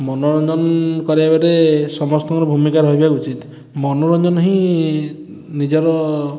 ମନୋରଞ୍ଜନ କରାଇବାରେ ସମସ୍ତଙ୍କର ଭୂମିକା ରହିବା ଉଚିତ ମନୋରଞ୍ଜନ ହିଁ ନିଜର